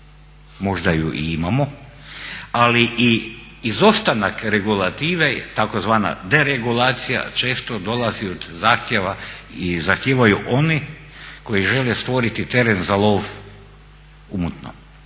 možda ju i imamo, ali i izostanak regulative tzv. deregulacija često dolazi od zahtjeva i zahtijevaju oni koji žele stvoriti teren za lov u mutnom.